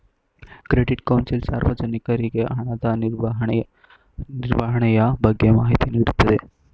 credit council ಸಾರ್ವಜನಿಕರಿಗೆ ಹಣದ ನಿರ್ವಹಣೆಯ ಬಗ್ಗೆ ಮಾಹಿತಿ ನೀಡುತ್ತದೆ